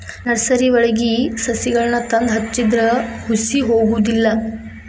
ನರ್ಸರಿವಳಗಿ ಸಸಿಗಳನ್ನಾ ತಂದ ಹಚ್ಚಿದ್ರ ಹುಸಿ ಹೊಗುದಿಲ್ಲಾ